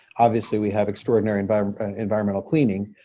obviously, we have extraordinary and but um environmental cleaning.